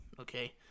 Okay